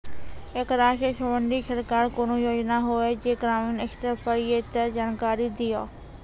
ऐकरा सऽ संबंधित सरकारक कूनू योजना होवे जे ग्रामीण स्तर पर ये तऽ जानकारी दियो?